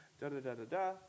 da-da-da-da-da